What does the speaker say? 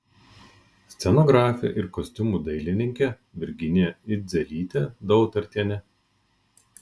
scenografė ir kostiumų dailininkė virginija idzelytė dautartienė